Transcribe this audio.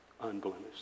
unblemished